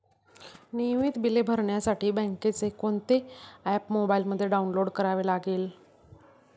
नियमित बिले भरण्यासाठी बँकेचे कोणते ऍप मोबाइलमध्ये डाऊनलोड करावे लागेल?